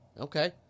Okay